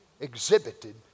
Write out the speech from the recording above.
exhibited